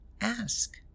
ask